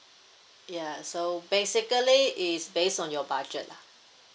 ya so basically it's based on your budget lah